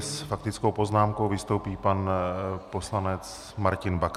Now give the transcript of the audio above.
S faktickou poznámkou vystoupí pan poslanec Martin Baxa.